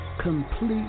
complete